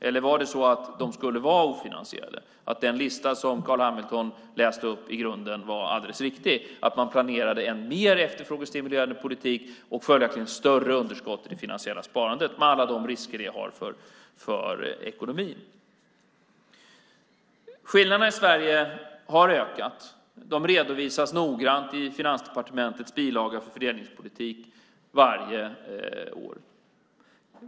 Eller var det så att de skulle vara ofinansierade, att den lista som Carl B Hamilton läste upp i grunden var alldeles riktig och att man planerade en mer efterfrågestimulerande politik och följaktligen större underskott i det finansiella sparandet, med alla de risker det har för ekonomin? Skillnaderna i Sverige har ökat. De redovisas noggrant i Finansdepartementets bilaga om fördelningspolitik varje år.